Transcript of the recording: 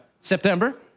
September